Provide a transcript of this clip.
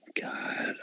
God